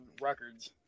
records